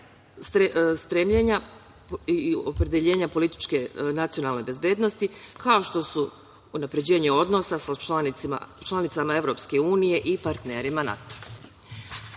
stremljenja i opredeljenja političke i nacionalne bezbednosti, kao što su unapređenje odnosa sa članicama EU i partnerima